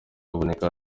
aboneka